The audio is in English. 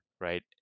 right